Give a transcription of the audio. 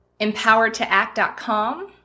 empoweredtoact.com